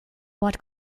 what